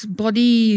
body